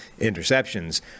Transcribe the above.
interceptions